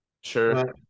Sure